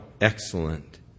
excellent